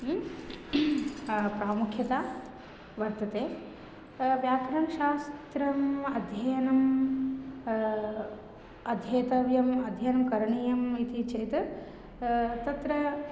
प्रामुख्यता वर्तते व्याकरणशास्त्रम् अध्ययनम् अध्येतव्यम् अध्ययनं करणीयम् इति चेत् तत्र